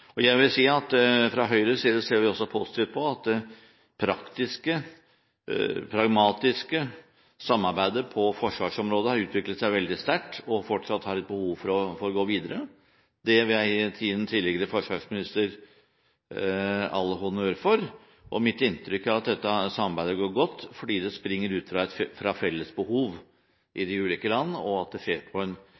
at det praktiske og pragmatiske samarbeidet på forsvarsområdet har utviklet seg veldig sterkt – og fortsatt er det et behov for å gå videre. Dette vil jeg gi den tidligere forsvarsminister all honnør for. Mitt inntrykk er at dette samarbeidet går godt fordi det springer ut fra felles behov i de ulike land, og at det